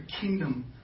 kingdom